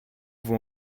vont